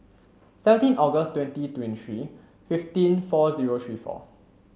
seventeen August twenty twenty three fifteen four zero three four